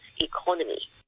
economy